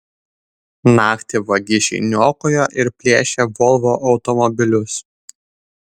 naktį vagišiai niokojo ir plėšė volvo automobilius